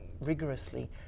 rigorously